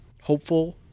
hopeful